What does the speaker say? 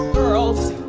girls.